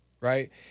right